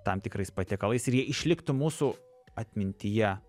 tam tikrais patiekalais ir jie išliktų mūsų atmintyje